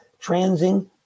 transing